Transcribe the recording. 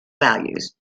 values